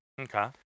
Okay